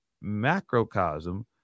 macrocosm